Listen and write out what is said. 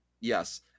yes